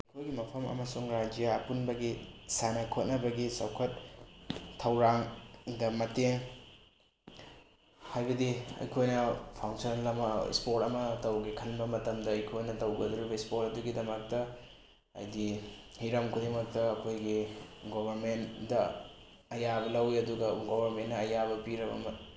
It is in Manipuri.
ꯑꯩꯈꯣꯏꯒꯤ ꯃꯐꯝ ꯑꯃꯁꯨꯡ ꯔꯥꯏꯖ꯭ꯌ ꯑꯄꯨꯟꯕꯒꯤ ꯁꯥꯟꯅ ꯈꯣꯠꯅꯕꯒꯤ ꯆꯥꯎꯈꯠ ꯊꯧꯔꯥꯡꯗ ꯃꯇꯦꯡ ꯍꯥꯏꯕꯗꯤ ꯑꯩꯈꯣꯏꯅ ꯐꯪꯁꯟ ꯑꯃ ꯏꯁꯄꯣꯔꯠ ꯑꯃ ꯇꯧꯒꯦ ꯈꯟꯕ ꯃꯇꯝꯗ ꯑꯩꯈꯣꯏꯅ ꯇꯧꯒꯗꯧꯔꯤꯕ ꯏꯁꯄꯣꯔꯠ ꯑꯗꯨꯒꯤꯗꯃꯛꯇ ꯍꯥꯏꯗꯤ ꯍꯤꯔꯝ ꯈꯨꯗꯤꯡꯃꯛꯇ ꯑꯩꯈꯣꯏꯒꯤ ꯒꯣꯕꯔꯃꯦꯟꯗ ꯑꯌꯥꯕ ꯂꯧꯋꯤ ꯑꯗꯨꯒ ꯒꯣꯕꯔꯃꯦꯟꯅ ꯑꯌꯥꯕ ꯄꯤꯔꯕ